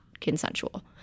consensual